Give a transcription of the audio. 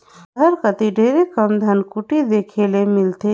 सहर कती ढेरे कम धनकुट्टी देखे ले मिलथे